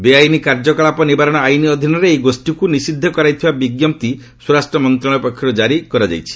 ବେଆଇନ କାର୍ଯ୍ୟକଳାପ ନିବାରଣ ଆଇନ ଅଧୀନରେ ଏହି ଗୋଷ୍ଠୀକୁ ନିଷିଦ୍ଧ କରାଇଥିବା ବିଞ୍ଜପ୍ତି ସ୍ୱରାଷ୍ଟ୍ର ମନ୍ତ୍ରଣାଳୟ ପକ୍ଷରୁ ଜାରି କରାଯାଇଛି